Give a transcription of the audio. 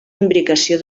imbricació